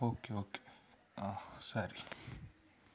okay okay ಹಾಂ ಸರಿ